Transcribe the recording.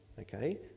Okay